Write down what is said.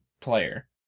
player